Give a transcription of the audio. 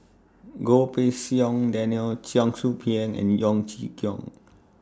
Goh Pei Siong Daniel Cheong Soo Pieng and Yeo Chee Kiong